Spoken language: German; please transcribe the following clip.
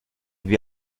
wie